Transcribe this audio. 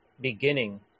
beginning